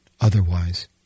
Otherwise